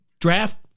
draft